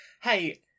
hey